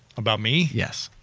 about me? yes,